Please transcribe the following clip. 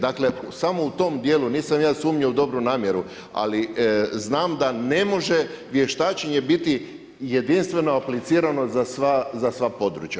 Dakle, samo u tom dijelu, nisam ja sumnjao u dobru namjeru, ali znam da ne može vještačenje biti jedinstveno aplicirano za sva područja.